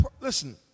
listen